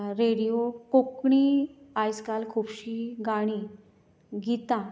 radio Konkani आयज काल खुबशी गाणीं गीतां